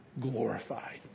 glorified